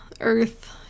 Earth